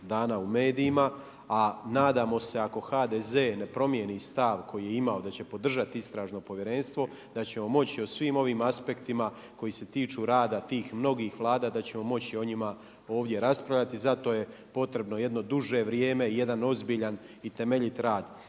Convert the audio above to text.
dana u medijima, a nadamo se ako HDZ ne promijeni stav koji je imao da će podržati istražno povjerenstvo, da ćemo moći o svim ovim aspektima koji se tiču rada tih mnogih vlada da ćemo moći o njima ovdje raspravljati. Za to je potrebno jedno duže vrijeme i jedan ozbiljan i temeljit rad.